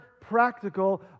practical